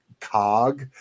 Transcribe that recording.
cog